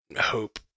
Hope